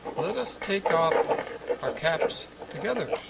let us take off our caps together.